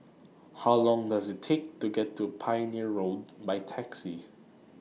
How Long Does IT Take to get to Pioneer Road By Taxi